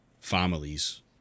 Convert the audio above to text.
families